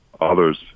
others